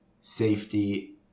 safety